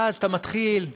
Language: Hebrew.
ואז אתה מתחיל לעגל,